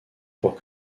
pour